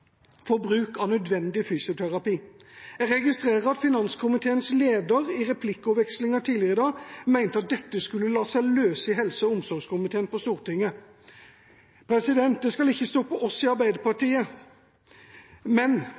for bruk av nødvendig fysioterapi. Jeg registrerer at finanskomiteens leder i replikkordvekslingen tidligere i dag mente at dette skulle la seg løse i helse- og omsorgskomiteen på Stortinget. Det skal ikke stå på oss i Arbeiderpartiet, men